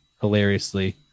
hilariously